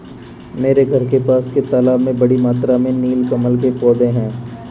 मेरे घर के पास के तालाब में बड़ी मात्रा में नील कमल के पौधें हैं